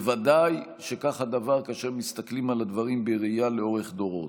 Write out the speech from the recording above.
ובוודאי שכך הדבר כאשר מסתכלים על הדברים בראייה לאורך דורות: